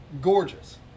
gorgeous